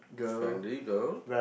friendly girl